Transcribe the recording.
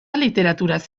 literaturaz